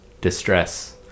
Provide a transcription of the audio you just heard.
distress